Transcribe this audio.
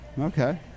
Okay